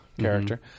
character